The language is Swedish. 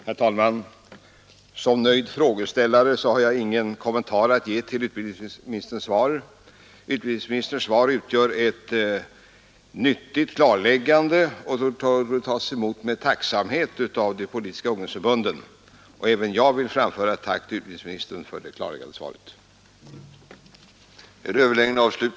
Herr talman! Som nöjd frågeställare har jag ingen kommentar till utbildningsministerns svar. Det utgör ett nyttigt klarläggande och bör tas emot med tacksamhet av de politiska ungdomsförbunden. Även jag vill framföra ett tack till utbildningsministern för det klarläggande svaret.